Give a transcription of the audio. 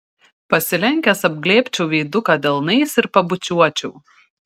pasilenkęs apglėbčiau veiduką delnais ir pabučiuočiau